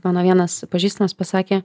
mano vienas pažįstamas pasakė